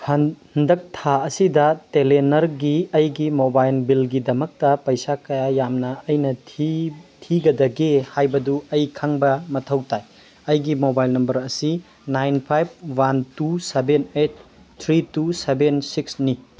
ꯍꯟꯗꯛ ꯊꯥ ꯑꯁꯤꯗ ꯇꯦꯂꯦꯅꯔꯒꯤ ꯑꯩꯒꯤ ꯃꯣꯕꯥꯏꯜ ꯕꯤꯜꯒꯤꯗꯃꯛ ꯄꯩꯁꯥ ꯀꯌꯥ ꯌꯥꯝꯅ ꯑꯩꯅ ꯊꯤꯒꯗꯒꯦ ꯍꯥꯏꯕꯗꯨ ꯑꯩ ꯈꯪꯕ ꯃꯊꯧ ꯇꯥꯏ ꯑꯩꯒꯤ ꯃꯣꯕꯥꯏꯜ ꯅꯝꯕꯔ ꯑꯁꯤ nine five one two seven eight three two seven ꯁꯤꯛꯁꯅꯤ